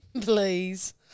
Please